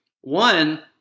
one